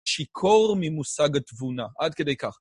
שיכור ממושג התבונה, עד כדי כך.